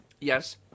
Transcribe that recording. Yes